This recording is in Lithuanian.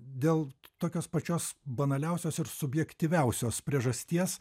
dėl tokios pačios banaliausios ir subjektyviausios priežasties